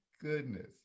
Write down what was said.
goodness